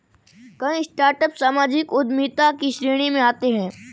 कई स्टार्टअप सामाजिक उद्यमिता की श्रेणी में आते हैं